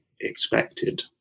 expected